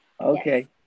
Okay